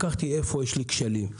בדקתי איפה יש לי כשלים,